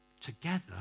Together